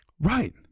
Right